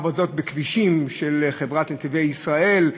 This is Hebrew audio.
עבודות בכבישים של חברת "נתיבי ישראל"